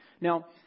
Now